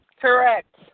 Correct